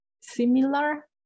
similar